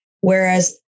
whereas